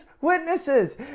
witnesses